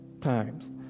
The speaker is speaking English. times